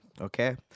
Okay